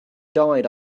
died